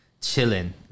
chilling